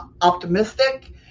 optimistic